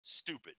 stupid